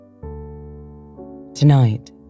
Tonight